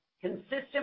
Consistent